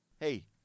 Hey